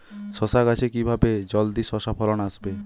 শশা গাছে কিভাবে জলদি শশা ফলন আসবে?